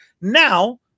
now